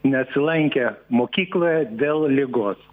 nesilankė mokykloje dėl ligos